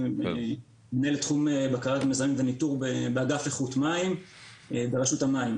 מנהל תחום בקרת מזהמים וניטור באגף איכות מים ברשות המים.